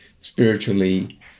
spiritually